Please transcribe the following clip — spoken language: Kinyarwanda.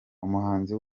umuhanzi